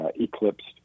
eclipsed